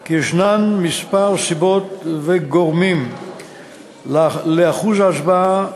כי יש כמה סיבות וגורמים לאחוז ההצבעה הנמוך.